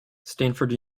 stanford